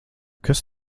kas